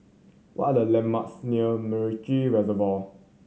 what are the landmarks near MacRitchie Reservoir